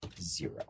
zero